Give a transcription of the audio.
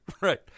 right